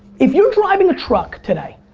if you're driving a truck today.